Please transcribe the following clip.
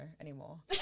anymore